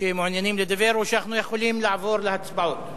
שמעוניינים לדבר או שאנחנו יכולים לעבור להצבעות?